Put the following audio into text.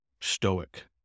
stoic